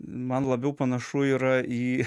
man labiau panašu yra į